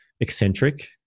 eccentric